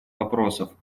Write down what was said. вопросов